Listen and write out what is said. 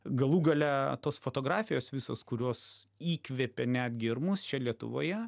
galų gale tos fotografijos visos kurios įkvėpė netgi ir mus čia lietuvoje